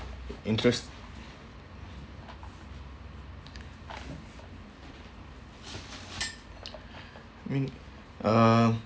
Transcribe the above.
interest mean uh